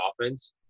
offense